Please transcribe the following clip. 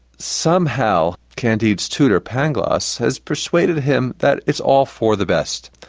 somehow candide's tutor, pangloss, has persuaded him that it's all for the best.